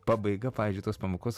pabaiga pavyzdžiui tos pamokos